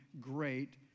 great